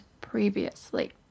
previously